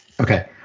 Okay